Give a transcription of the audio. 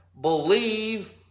believe